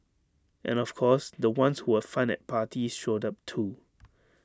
and of course the ones who were fun at parties showed up too